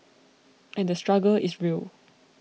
and the struggle is real